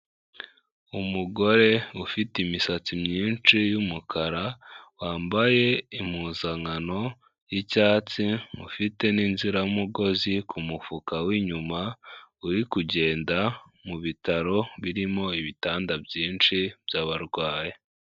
Umugore ufite imisatsi myinshi y'umukara, wambaye impuzankano y'icyatsi ufite n'inziramugozi ku mufuka w'inyuma, uri kugenda mu bitaro birimo ibitanda byinshi by'abarwayi.